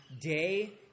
Day